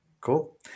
Cool